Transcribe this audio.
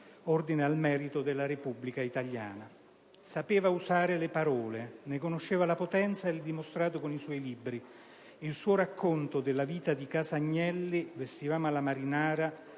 dell'Ordine al Merito della Repubblica italiana. Sapeva usare le parole, ne conosceva la potenza e lo ha dimostrato con i suoi libri. Il suo racconto della vita di casa Agnelli, "Vestivamo alla marinara"